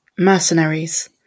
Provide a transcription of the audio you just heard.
Mercenaries